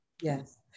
yes